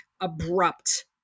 abrupt